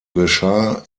geschah